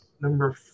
number